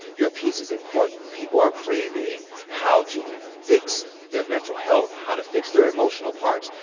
your piece is important. people are craving how to fix their mental health, how to fix their emotional parts.